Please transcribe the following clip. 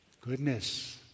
goodness